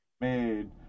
made